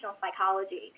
psychology